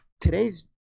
today's